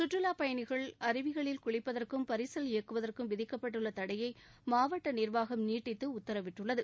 சுற்றுலாப் பயணிகள் அருவிகளில் குளிப்பதற்கும் பரிசல் இயக்குவதற்கும் தடை விதிக்கப்பட்டுள்ள தடையை மாவட்ட நிர்வாகம் நீட்டித்து உத்தரவிட்டுள்ளது